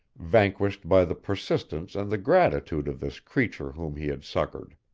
vanquished by the persistence and the gratitude of this creature whom he had succored.